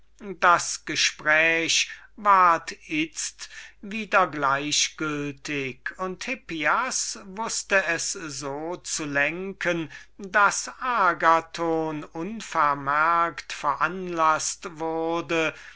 das gespräch ward itzt wieder gleichgültig und hippias wußte es so zu lenken daß agathon unvermerkt veranlaßt wurde